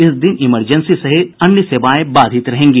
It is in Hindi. इस दिन इमरजेंसी समेत अन्य सभी सेवाएं बाधित रहेगी